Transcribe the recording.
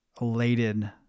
elated